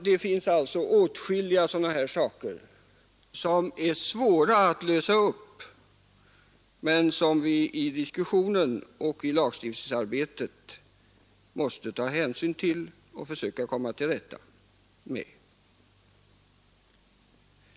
Det finns alltså åtskilliga sådana här förhållanden som är svåra att klara upp för den enskilde men som vi i diskussionen och i lagstiftningsarbetet måste ta hänsyn till och försöka komma till rätta med.